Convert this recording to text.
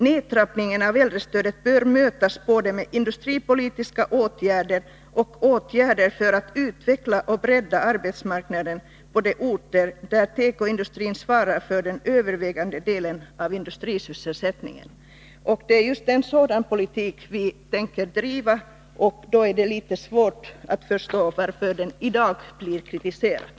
Nedtrappningen av äldrestödet bör mötas med både industripolitiska åtgärder och åtgärder för att utveckla och bredda arbetsmarknaden på de orter där tekoindustrin svarar för den övervägande delen av industrisysselsättningen.” Det är just en sådan politik vi tänker driva, och det är litet svårt att förstå varför den i dag blir kritiserad.